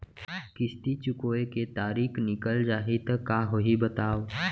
किस्ती चुकोय के तारीक निकल जाही त का होही बताव?